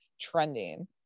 trending